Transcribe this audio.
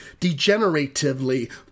degeneratively